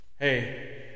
Hey